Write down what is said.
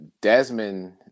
Desmond